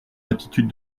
attitude